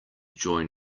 join